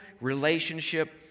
relationship